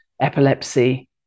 epilepsy